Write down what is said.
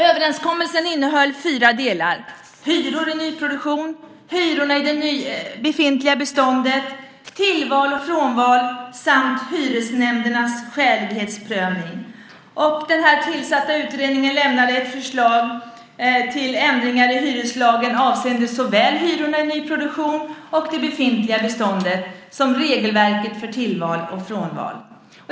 Överenskommelsen innehöll fyra delar: hyror i nyproduktion, hyrorna i det befintliga beståndet, tillval och frånval samt hyresnämndernas skälighetsprövning. Den tillsatta utredningen lämnade ett förslag till ändringar i hyreslagen avseende såväl hyrorna i nyproduktion och det befintliga som regelverket för tillval och frånval.